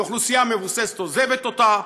אוכלוסייה מבוססת עוזבת אותה,